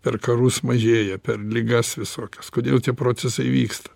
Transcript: per karus mažėja per ligas visokias kodėl tie procesai vyksta